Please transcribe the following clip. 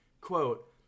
quote